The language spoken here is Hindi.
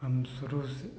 हम शुरू से